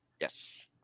Yes